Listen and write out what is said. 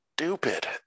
stupid